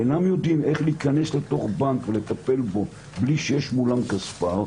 אינם יודעים איך להיכנס לתוך בנק ולטפל בו בלי שיש מולם כספר.